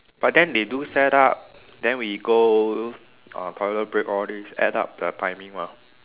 but then they do set up then we go uh toilet break all this add up the timing mah